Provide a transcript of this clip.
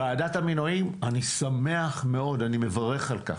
ועדת המינויים אני שמח מאוד אני מברך על כך,